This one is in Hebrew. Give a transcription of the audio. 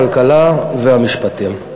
הכלכלה והמשפטים.